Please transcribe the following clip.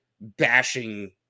bashing